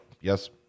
yes